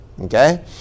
Okay